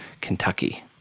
Kentucky